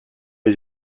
les